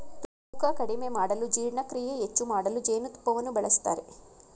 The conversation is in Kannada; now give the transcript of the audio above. ತೂಕ ಕಡಿಮೆ ಮಾಡಲು ಜೀರ್ಣಕ್ರಿಯೆ ಹೆಚ್ಚು ಮಾಡಲು ಜೇನುತುಪ್ಪವನ್ನು ಬಳಸ್ತರೆ